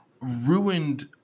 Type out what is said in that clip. ruined